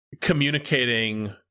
communicating